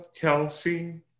Kelsey